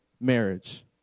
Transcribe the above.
marriage